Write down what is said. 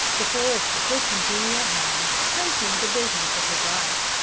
the forest was his congenial home, hunting the business of his life.